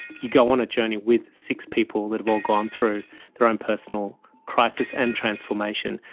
you go on a journey with six people that have all gone through their own personal crisis and transformation,